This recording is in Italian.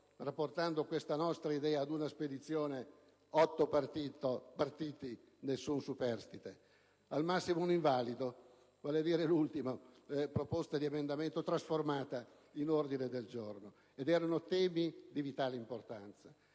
rapportando questa iniziativa ad una spedizione, direi: otto partiti, nessun superstite. Al massimo, un invalido, vale a dire l'ultimo emendamento, trasformato in un ordine del giorno. Erano temi di vitale importanza: